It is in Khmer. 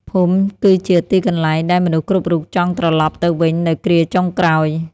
ភូមិគឺជាទីកន្លែងដែលមនុស្សគ្រប់រូបចង់ត្រឡប់ទៅវិញនៅគ្រាចុងក្រោយ។